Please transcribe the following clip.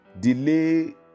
Delay